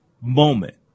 moment